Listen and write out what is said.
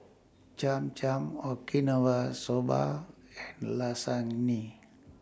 Cham Cham Okinawa Soba and Lasagne